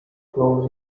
flows